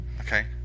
Okay